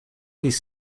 these